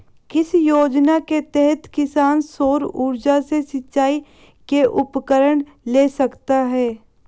किस योजना के तहत किसान सौर ऊर्जा से सिंचाई के उपकरण ले सकता है?